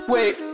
Wait